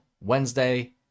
Wednesday